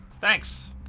Thanks